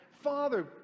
Father